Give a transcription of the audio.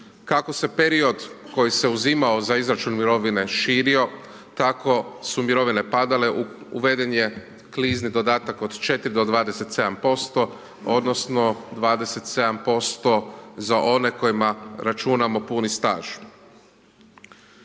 Kako se period koji se uzimao za izračun mirovine širio, kako su mirovine padale, uveden je klizni dodatak od 4 do 27% odnosno 27% za one kojima računamo puni staž.